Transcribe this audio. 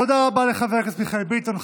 תודה רבה לחבר הכנסת מיכאל ביטון.